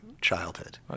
childhood